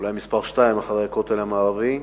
אולי מספר שתיים אחרי הכותל המערבי,